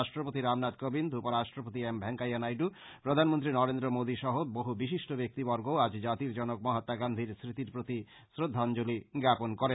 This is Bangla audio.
রাষ্ট্রপতি রামনাথ কোবিন্দ উপরাষ্ট্রপতি এম ভেস্কাইয়া নাইডু প্রধানমন্ত্রী নরেন্দ্র মোদী সহ বহু বিশিষ্ট ব্যাক্তিবর্গ আজ জাতির জনক মহাআ গান্ধীর স্মতির প্রতি শ্রদ্ধাঞ্জলী জ্ঞাপন করেন